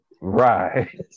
Right